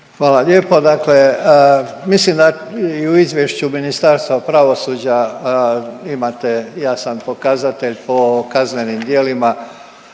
Hvala lijepa. Dakle, mislim da i u izvješću Ministarstva pravosuđa imate jasan pokazatelj po kaznenim djelima